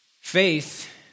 Faith